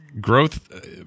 growth